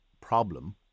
problem